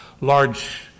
large